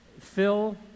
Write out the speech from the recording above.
Phil